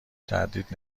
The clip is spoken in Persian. تردید